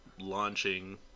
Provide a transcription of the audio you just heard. launching